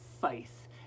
faith